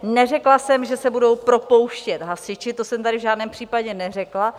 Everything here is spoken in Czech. Neřekla jsem, že se budou propouštět hasiči, to jsem tady v žádném případě neřekla.